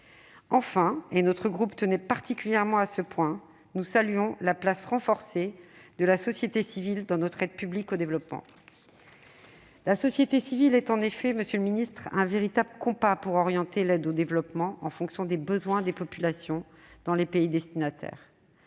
Enfin, et notre groupe tenait particulièrement à ce point, nous saluons la place renforcée de la société civile dans notre aide publique au développement. La société civile est en effet, monsieur le ministre, un véritable compas pour orienter l'aide au développement en fonction des besoins des populations dans les pays destinataires,